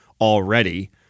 already